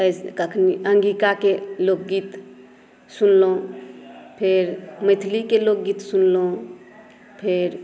कखन अंगिकाके लोकगीत सुनलहुँ फेर मैथिलीके लोकगीत सुनलहुँ फेर